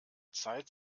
zeit